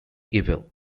evil